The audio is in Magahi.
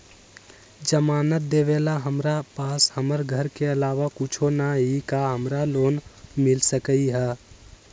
जमानत देवेला हमरा पास हमर घर के अलावा कुछो न ही का हमरा लोन मिल सकई ह?